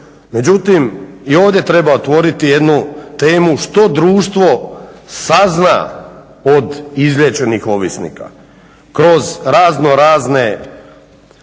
Međutim i ovdje treba otvoriti jednu temu što društvo sazna od izliječenih ovisnika kroz razno razne